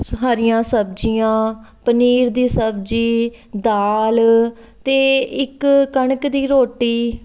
ਸਾਰੀਆਂ ਸਬਜ਼ੀਆਂ ਪਨੀਰ ਦੀ ਸਬਜ਼ੀ ਦਾਲ ਅਤੇ ਇੱਕ ਕਣਕ ਦੀ ਰੋਟੀ